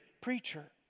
preacher